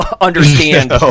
understand